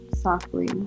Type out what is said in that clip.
softly